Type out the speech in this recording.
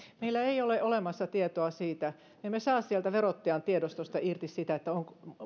meillä ei ole olemassa tietoa siitä me emme saa sieltä verottajan tiedostoista irti sitä että